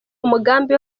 umugambi